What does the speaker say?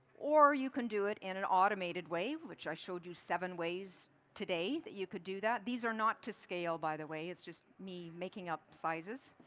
or you can do it in an automated way which i showed you seven ways today that you could do that. these are not to scale, by the way. it's just me making up sizes.